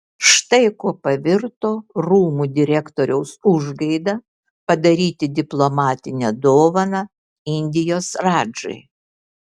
štai kuo pavirto rūmų direktoriaus užgaida padaryti diplomatinę dovaną indijos radžai